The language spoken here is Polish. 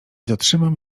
dotrzymam